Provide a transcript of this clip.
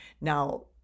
Now